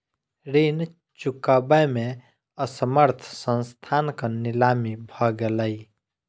ऋण चुकबै में असमर्थ संस्थानक नीलामी भ गेलै